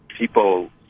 people